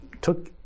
took